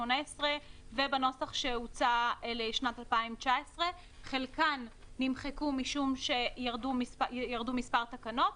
ובנוסח שהוצע לשנת 2019. חלקן נמחקו משום שירדו מספר תקנות,